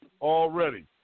Already